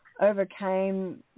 overcame